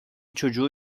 çocuğu